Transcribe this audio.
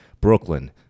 Brooklyn